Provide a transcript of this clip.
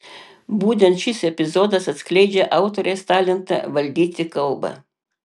būtent šis epizodas atskleidžią autorės talentą valdyti kalbą